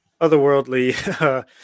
otherworldly